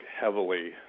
heavily